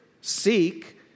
Seek